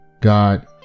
God